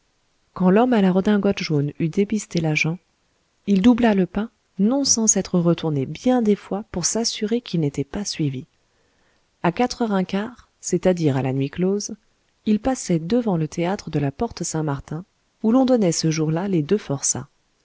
quand l'homme à la redingote jaune eut dépisté l'agent il doubla le pas non sans s'être retourné bien des fois pour s'assurer qu'il n'était pas suivi à quatre heures un quart c'est-à-dire à la nuit close il passait devant le théâtre de la porte-saint-martin où l'on donnait ce jour-là les deux forçats